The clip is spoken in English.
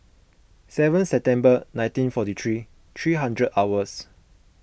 seven September nineteen forty three three hundred hours